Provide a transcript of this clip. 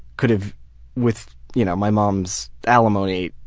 kind of with you know my mom's alimony,